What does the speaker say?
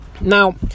now